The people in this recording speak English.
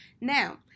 Now